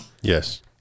Yes